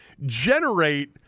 generate